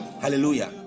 Hallelujah